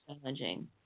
challenging